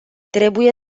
trebuie